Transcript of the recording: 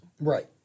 Right